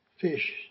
fish